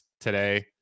today